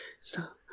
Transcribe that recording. Stop